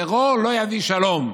טרור לא יביא שלום,